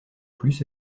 plus